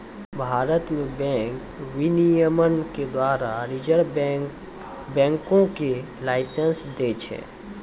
भारत मे बैंक विनियमन के द्वारा रिजर्व बैंक बैंको के लाइसेंस दै छै